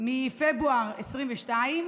מפברואר 2022,